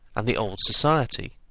and the old society,